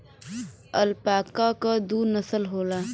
alpaca क दू नसल होला